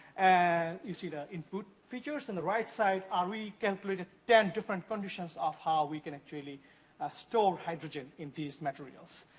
and you see the input features. and the right side, um we can put ten different conditions of how we can actually ah store hydrogen in these materials.